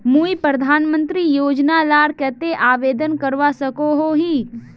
मुई प्रधानमंत्री योजना लार केते आवेदन करवा सकोहो ही?